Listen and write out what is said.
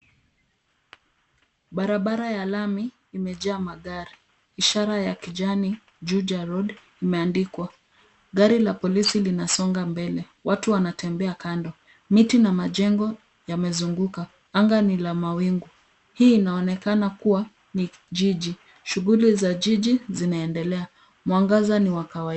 Barabara ya lami imejaa magari. Ishara ya kijani, juja road, imeandikwa. Gari la polisi linasonga mbele. Watu wanatembea kando. Miti na majengo yamezunguka. Anga ni la mawingu. Hii inaonekana kuwa ni jiji. Shughuli za jiji zinaendelea. Mwangaza ni wa kawaida.